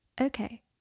Okay